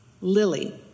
Lily